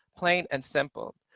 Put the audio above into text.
plain and simple.